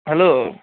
hello